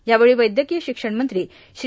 यावेळी वैद्यकीय श्रिषण मंत्री श्री